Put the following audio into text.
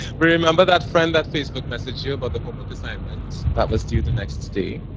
remember that friend that facebook messaged you about the homework assignment that was due the next day?